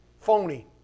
Phony